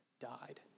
died